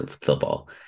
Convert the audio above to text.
football